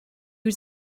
was